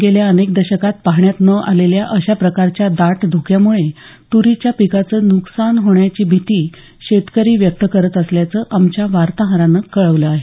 गेल्या अनेक दशकांत पाहण्यात न आलेल्या अशा प्रकारच्या दाट धुक्यामुळे तुरीच्या पिकाचं नुकसान होण्याची भीती शेतकरी व्यक्त करत असल्याचं आमच्या वार्ताहरानं कळवलं आहे